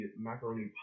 macaroni